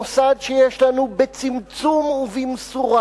מוסד שיש לנו בצמצום ובמשורה,